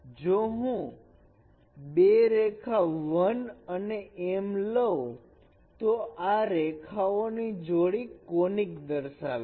જો હું બે રેખા 1 અને m લવ તો આ રેખાઓ ની જોડી કોનીક દર્શાવે છે